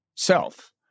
self